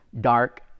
dark